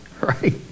right